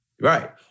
Right